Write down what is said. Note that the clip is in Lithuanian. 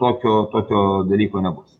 tokio tokio dalyko nebus